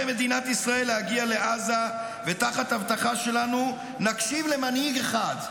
להגיע לעזה ותחת אבטחה שלנו נקשיב למנהיג אחד,